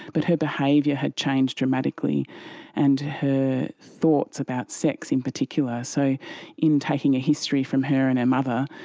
but her behaviour had changed dramatically and her thoughts about sex in particular. so in taking a history from her and her mother,